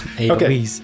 Okay